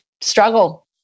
struggle